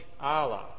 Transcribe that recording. Allah